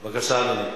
לקרוא לו לעימות פומבי.